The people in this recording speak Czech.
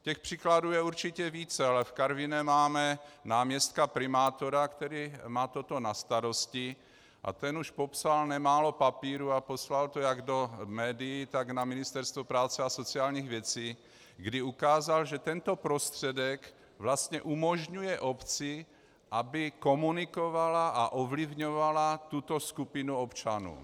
Těch příkladů je určitě více, ale v Karviné máme náměstka primátora, který má toto na starosti, a ten už popsal nemálo papírů a poslal to jak do médií, tak na Ministerstvo práce a sociálních věcí, kdy ukázal, že tento prostředek umožňuje obci, aby komunikovala a ovlivňovala tuto skupinu občanů.